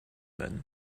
then